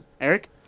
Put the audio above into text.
Eric